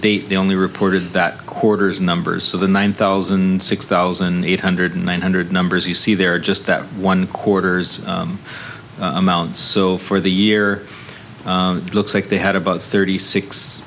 date the only reported that quarter's numbers so the nine thousand six thousand eight hundred nine hundred numbers you see there just that one quarter's amounts so for the year looks like they had about thirty six